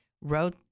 wrote